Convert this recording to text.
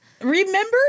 Remember